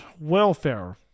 welfare